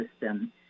system